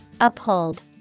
Uphold